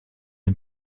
den